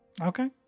Okay